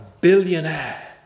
billionaire